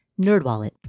Nerdwallet